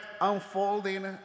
unfolding